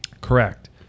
Correct